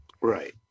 right